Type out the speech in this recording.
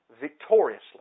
victoriously